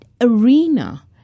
arena